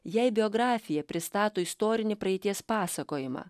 jei biografija pristato istorinį praeities pasakojimą